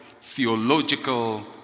theological